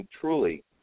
truly